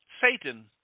Satan